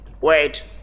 Wait